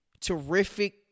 terrific